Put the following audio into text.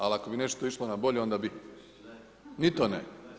Ali ako bi nešto išlo na bolje, a onda bi? … [[Upadica se ne čuje.]] Ni to ne?